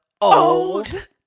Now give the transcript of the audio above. old